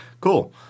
Cool